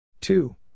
two